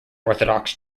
orthodox